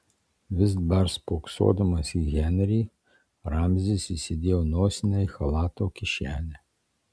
vis dar spoksodamas į henrį ramzis įsidėjo nosinę į chalato kišenę